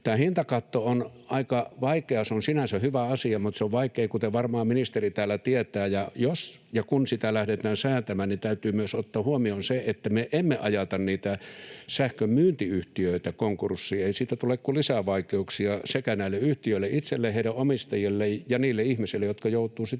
Tämä hintakatto on aika vaikea. Se on sinänsä hyvä asia, mutta se on vaikea, kuten varmaan ministeri täällä tietää. Jos ja kun sitä lähdetään säätämään, niin täytyy myös ottaa huomioon se, että me emme ajata niitä sähkönmyyntiyhtiöitä konkurssiin. Ei siitä tule kuin lisävaikeuksia näille yhtiöille itselleen, heidän omistajilleen ja niille ihmisille, jotka joutuvat sitten